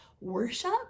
Worship